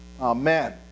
Amen